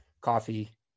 coffee